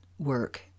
work